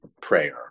prayer